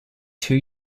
two